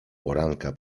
poranka